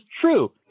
true